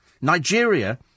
Nigeria